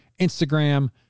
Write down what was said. Instagram